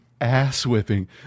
ass-whipping